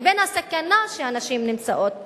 לבין הסכנה שהנשים נמצאות בה,